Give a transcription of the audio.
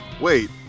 Wait